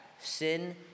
sin